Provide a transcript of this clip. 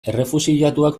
errefuxiatuak